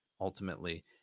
ultimately